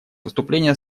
выступление